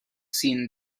scene